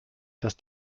dass